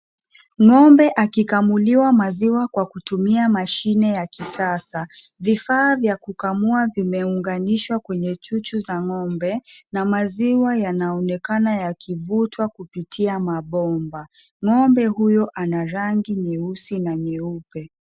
Ng'ombe akikamuliwa maziwa kwa kutumia mashine ya kisasa, vivaa vya kukamua vimeunganishwa kwenye chuchu za ngombe, na maziwa yanaonekana yakivutwa kupitia mabomba ng'ombe huyo ana rangi nyeusi na nyeupe.